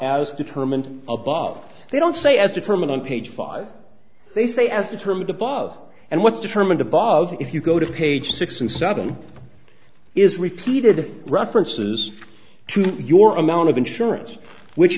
as determined above they don't say as determined on page five they say as determined above and what's determined above if you go to page six and seven is repeated references to your amount of insurance which